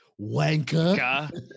wanker